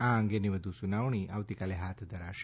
આ અંગેની વધુ સુનાવણી આવતીકાલે હાથ ધરાશે